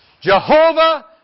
Jehovah